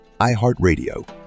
iHeartRadio